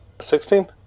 Sixteen